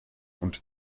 und